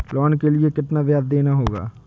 Loan के लिए कितना ब्याज देना होगा?